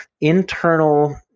internal